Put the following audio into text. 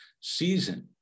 season